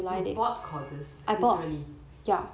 you bought courses literally